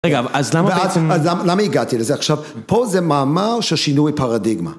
רגע, אז למה בעצם... אז למה הגעתי לזה? עכשיו, פה זה מאמר ששינוי פרדיגמה.